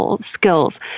skills